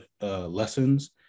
lessons